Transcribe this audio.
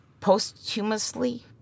posthumously